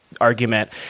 argument